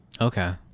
Okay